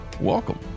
welcome